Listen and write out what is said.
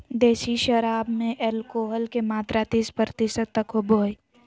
देसी शराब में एल्कोहल के मात्रा तीस प्रतिशत तक होबो हइ